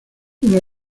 una